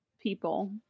people